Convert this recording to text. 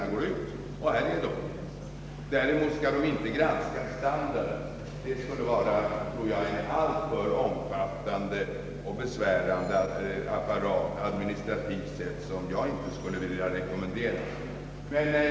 Däremot skall nämnden inte granska standarden — det tror jag skulle förutsätta en så omfattande och besvärande administrativ apparat att jag inte vill rekommendera det.